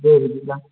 दे बिदिब्ला